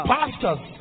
pastors